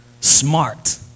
Smart